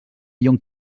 lyon